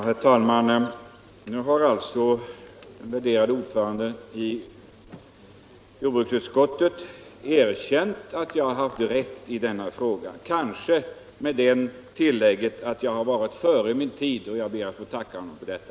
Herr talman! Nu har jordbruksutskottets värderade ordförande alltså erkänt att jag har rätt i denna fråga — kanske med tillägget att jag varit före min tid. Jag ber att få tacka honom för detta.